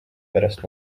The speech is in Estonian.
pärast